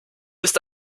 ist